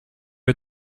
est